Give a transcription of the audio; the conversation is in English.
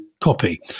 copy